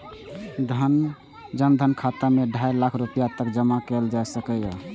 जन धन खाता मे ढाइ लाख रुपैया तक जमा कराएल जा सकैए